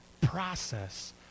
process